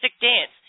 dance